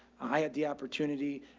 i had the opportunity,